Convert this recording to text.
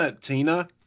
Tina